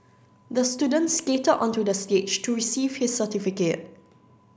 the student skated onto the stage to receive his certificate